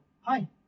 hi